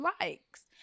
likes